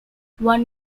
one